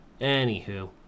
Anywho